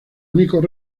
únicos